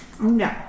No